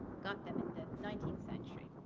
got them in the nineteenth century.